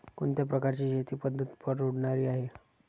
कोणत्या प्रकारची शेती पद्धत परवडणारी आहे?